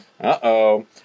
Uh-oh